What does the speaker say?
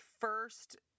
first